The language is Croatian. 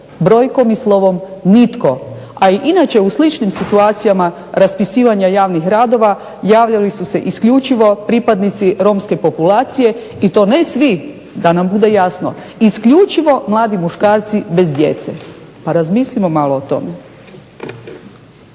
Brojkom i slovom nitko. A i inače u sličnim situacijama raspisivanja javnih radova javljali su se isključivo pripadnici romske populacije i to ne svi, da nam bude jasno, isključivo mladi muškarci bez djece. Pa razmislimo malo o tome.